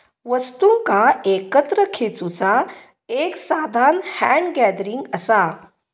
वस्तुंका एकत्र खेचुचा एक साधान हॅन्ड गॅदरिंग असा